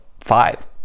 five